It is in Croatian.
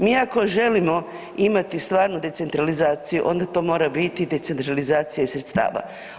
Mi ako želimo imati stvarnu decentralizaciju onda to mora biti decentralizacija iz sredstava.